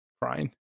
crying